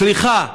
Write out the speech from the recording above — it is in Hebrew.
סליחה,